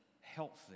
healthy